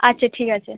আচ্ছা ঠিক আছে